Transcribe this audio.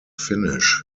finish